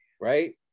right